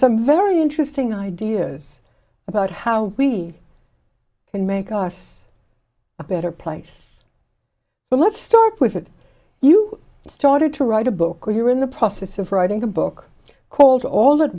some very interesting ideas about how we can make us a better place but let's start with that you started to write a book when you were in the process of writing a book called all at